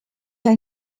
ein